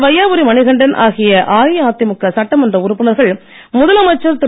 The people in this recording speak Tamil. வையாபுரி மணிகண்டன் ஆகிய அஇஅதிமுக சட்டமன்ற உறுப்பினர்கள் முதலமைச்சர் திரு